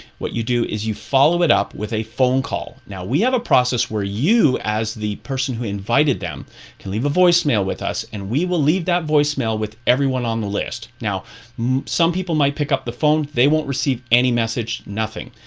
what you do is you follow it up with a phone call message. now we have a process where you as the person who invited them can leave a voice mail with us and we will leave that voice mail with everyone on the list. some people might pick up the phone. they won't receive any message, nothing.